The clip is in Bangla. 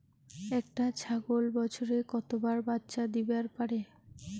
একটা ছাগল বছরে কতবার বাচ্চা দিবার পারে?